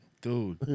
dude